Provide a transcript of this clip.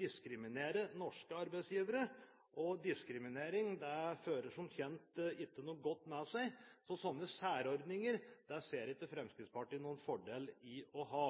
diskriminere norske arbeidstakere på. Diskriminering fører som kjent ikke noe godt med seg, så slike særordninger ser ikke Fremskrittspartiet at det er noen fordel å ha.